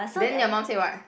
then your mum say what